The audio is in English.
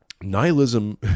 nihilism